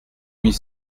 huit